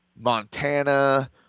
Montana